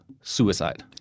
suicide